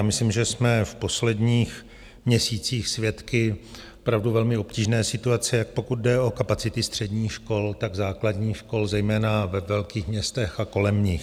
Myslím, že jsme v posledních měsících svědky opravdu velmi obtížné situace, pokud jde o kapacity jak středních škol, tak základních škol, zejména ve velkých městech a kolem nich.